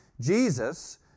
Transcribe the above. Jesus